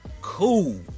Cool